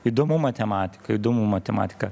įdomu matematika įdomu matematika